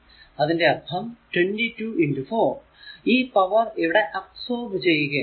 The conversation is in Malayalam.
അതിന്റെ അർഥം 22 4 ഈ പവർ ഇവിടെ അബ്സോർബ് ചെയ്യുകയാണ്